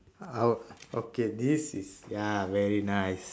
I would okay this is ya very nice